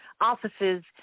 offices